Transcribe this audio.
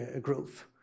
growth